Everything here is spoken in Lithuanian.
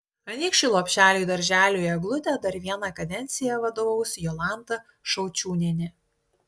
anykščių lopšeliui darželiui eglutė dar vieną kadenciją vadovaus jolanta šaučiūnienė